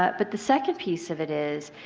but but the second piece of it is,